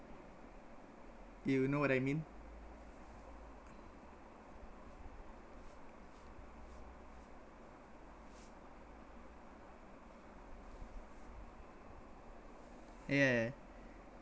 you know what I mean yah yah